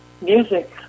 music